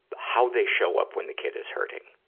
how they show up when the kid is hurting.